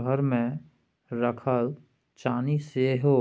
घरमे राखल चानी सेहो